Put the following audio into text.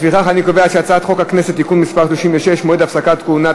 לפיכך אני קובע כי הצעת חוק הכנסת (תיקון מס' 36) (מועד הפסקת כהונה),